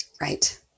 right